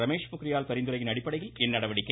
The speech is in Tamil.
ரமேஷ் பொக்ரியால் பரிந்துரையின் அடிப்படையில் இந்நடவடிக்கை